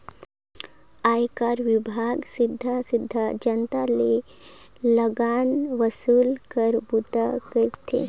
आयकर विभाग सीधा सीधा जनता ले लगान वसूले कर बूता करथे